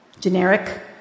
Generic